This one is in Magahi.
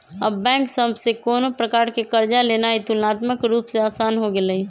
अब बैंक सभ से कोनो प्रकार कें कर्जा लेनाइ तुलनात्मक रूप से असान हो गेलइ